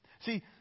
See